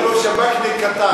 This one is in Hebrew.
אמרתי לו: שב"כניק קטן.